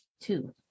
Two